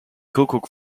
kuckuck